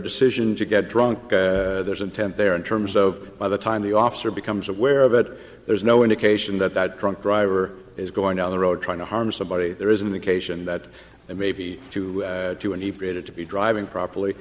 decision to get drunk there's intent there in terms of by the time the officer becomes aware of it there's no indication that that drunk driver is going down the road trying to harm somebody there is an occasion that maybe to do and he did it to be driving properly